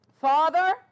Father